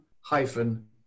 hyphen